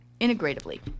integratively